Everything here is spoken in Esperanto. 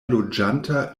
loĝanta